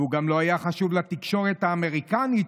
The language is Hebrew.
והוא לא היה חשוב לתקשורת האמריקנית,